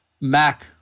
Mac